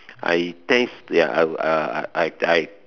I their I I I I I